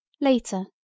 Later